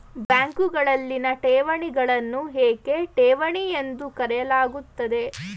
ಬ್ಯಾಂಕುಗಳಲ್ಲಿನ ಠೇವಣಿಗಳನ್ನು ಏಕೆ ಠೇವಣಿ ಎಂದು ಕರೆಯಲಾಗುತ್ತದೆ?